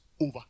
over